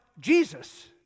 Jesus